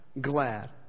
glad